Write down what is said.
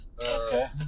Okay